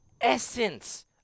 essence